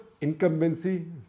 incumbency